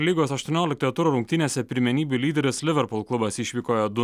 lygos aštuonioliktojo turo rungtynėse pirmenybių lyderis liverpul klubas išvykoje du